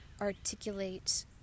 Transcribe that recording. articulate